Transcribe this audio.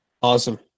Awesome